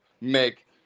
make